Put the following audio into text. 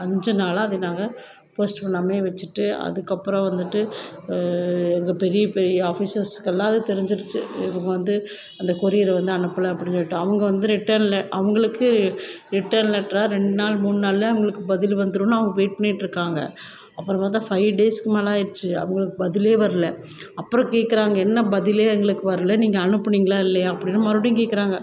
அஞ்சு நாளாக அது நாங்க போஸ்ட் பண்ணாமையே வெச்சிட்டு அதுக்கப்பறம் வந்துட்டு எங்கள் பெரிய பெரிய ஆஃபீஸர்ஸ்க்கெல்லாம் அது தெரிஞ்சிடுச்சு இது வந்து அந்த கொரியரை வந்து அனுப்பலை அப்படின்னு சொல்லிவிட்டு அவங்க வந்து ரிட்டர்னில் அவங்களுக்கு ரிட்டர்ன் லெட்ராக ரெண்டு நாள் மூணு நாளில் அவங்களுக்கு பதில் வந்துவிடுன்னு அவங்க வெயிட் பண்ணிட்டுருக்காங்க அப்புறம் பார்த்தா ஃபை டேஸ்க்கு மேலே ஆயிடுச்சு அவங்களுக்கு பதிலே வரல அப்புறம் கேட்கறாங்க என்ன பதிலே எங்களுக்கு வரல நீங்கள் அனுப்புனீங்களா இல்லையா அப்படின்னு மறுபடி கேட்கறாங்க